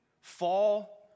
fall